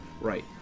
right